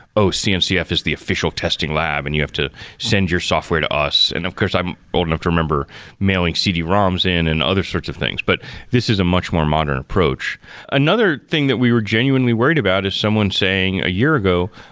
oh, cncf is the official testing lab and you have to send your software to us. and of course i'm old enough to remember mailing cd roms in and other sorts of things, but this is a much more modern approach another thing that we were genuinely worried about is someone saying a year ago,